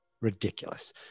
ridiculous